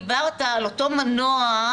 דיברת על אותו מנוע,